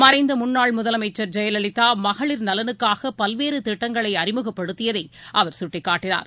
மறைந்தமுன்னாள் முதலமைச்சர் ஜெயலலிதாமகளிர் நலனுக்காகபல்வேறுதிட்டங்களைஅறிமுகப்படுத்தியதைஅவர் சுட்டிக்காட்டினார்